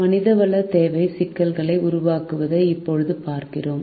மனிதவள தேவை சிக்கலை உருவாக்குவதை இப்போது பார்க்கிறோம்